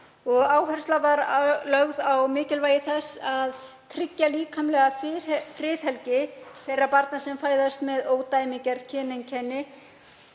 áhersla var lögð á mikilvægi þess að tryggja líkamlega friðhelgi þeirra barna sem fæðast með ódæmigerð kyneinkenni,